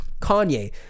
Kanye